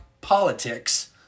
politics